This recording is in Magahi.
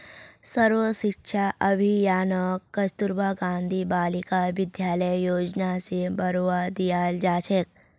सर्व शिक्षा अभियानक कस्तूरबा गांधी बालिका विद्यालय योजना स बढ़वा दियाल जा छेक